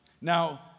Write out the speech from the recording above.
Now